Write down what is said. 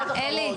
אלי,